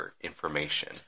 information